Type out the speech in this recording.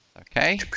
Okay